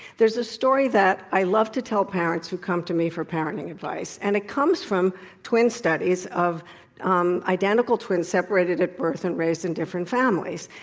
there's the story that i love to tell parents who come to me for parenting advice, and it comes from twin studies of um identical twins separated at birth and raised in different families.